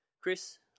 Chris